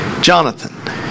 Jonathan